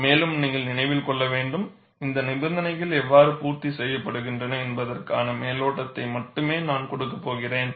மேலும் நீங்கள் நினைவில் கொள்ள வேண்டும் இந்த நிபந்தனைகள் எவ்வாறு பூர்த்தி செய்யப்படுகின்றன என்பதற்கான மேலோட்டத்தை மட்டுமே நான் கொடுக்கப் போகிறேன்